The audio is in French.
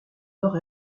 nord